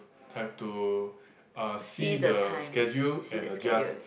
have to uh see the schedule and adjust